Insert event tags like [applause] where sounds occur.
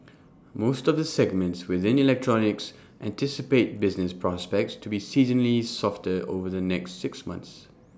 [noise] most of the segments within electronics anticipate business prospects to be seasonally softer over the next six months